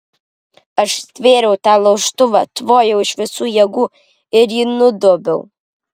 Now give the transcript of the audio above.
aš stvėriau tą laužtuvą tvojau iš visų jėgų ir jį nudobiau